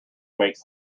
makes